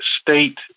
state